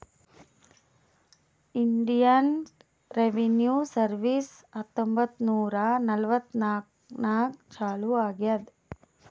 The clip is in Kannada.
ಇಂಡಿಯನ್ ರೆವಿನ್ಯೂ ಸರ್ವೀಸ್ ಹತ್ತೊಂಬತ್ತ್ ನೂರಾ ನಲ್ವತ್ನಾಕನಾಗ್ ಚಾಲೂ ಆಗ್ಯಾದ್